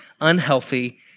unhealthy